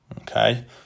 Okay